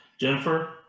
Jennifer